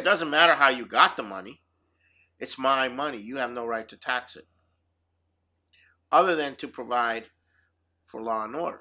money doesn't matter how you got the money it's my money you have no right to tax it other than to provide for law and order